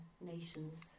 nations